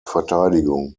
verteidigung